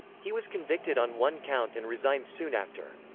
he was convicted on one count and resigned soon after.